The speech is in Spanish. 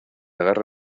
agarra